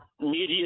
Media